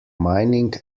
mining